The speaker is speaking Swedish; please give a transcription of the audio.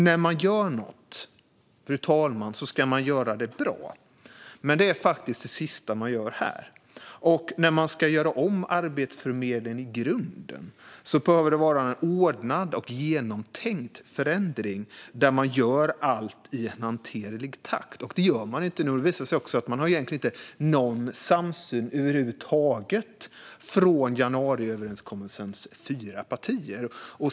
När man gör något, fru talman, ska man göra det bra, men det är faktiskt det sista som görs här. När man ska göra om Arbetsförmedlingen i grunden behöver det vara en ordnad och genomtänkt förändring där man gör allt i hanterlig takt. Det gör man inte nu. Det visar sig också att det egentligen inte finns någon samsyn över huvud taget mellan januariöverenskommelsens fyra partier.